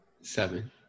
Seven